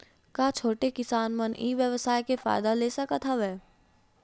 का छोटे किसान मन ई व्यवसाय के फ़ायदा ले सकत हवय?